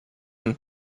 and